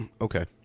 okay